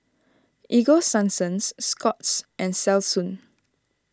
Ego Sunsense Scott's and Selsun